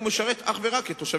נגד